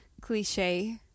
cliche